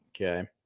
Okay